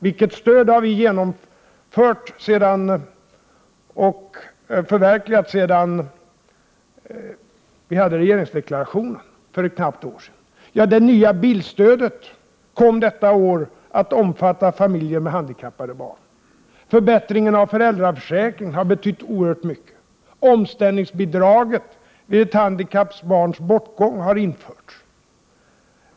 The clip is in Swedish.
Vilket stöd har vi socialdemokrater genomfört och vad har vi förverkligat efter regeringsdeklarationen för ett knappt år sedan? Det nya bilstödet kom detta år att omfatta familjer med handikappade barn, förbättringar av föräldraförsäkringen har betytt oerhört mycket och ett omställningsbidrag vid ett handikappats barns bortgång har införts.